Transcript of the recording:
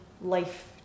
life